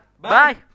Bye